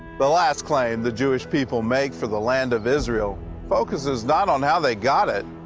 the last claim the jewish people make for the land of israel focuses not on how they got it,